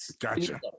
gotcha